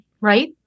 right